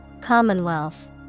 Commonwealth